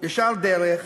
ישר דרך,